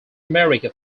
america